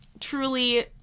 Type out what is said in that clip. Truly